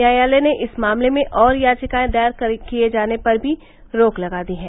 न्यायालय ने इस मामले में और याचिकाएं दायर किये जाने पर भी रोक लगा दी है